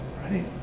right